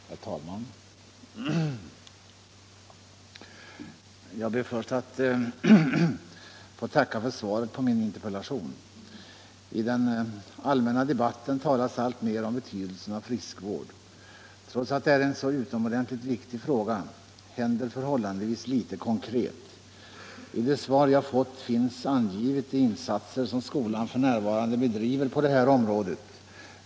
Herr talman! Jag ber först att få tacka för svaret på min interpellation. I den allmänna debatten talas alltmer om betydelsen av friskvård. Men trots att det är en så utomordentligt viktig fråga händer förhållandevis litet rent konkret. I det svar jag fått finns angivet de insatser som skolan f. n. bedriver på det här området.